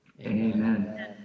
amen